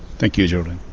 thank you, geraldine.